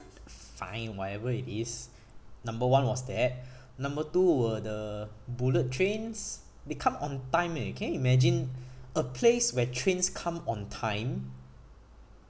fine whatever it is number one was that number two were the bullet trains they come on time eh can you imagine a place where trains come on time